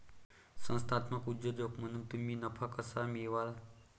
संस्थात्मक उद्योजक म्हणून तुम्ही नफा कसा मिळवाल?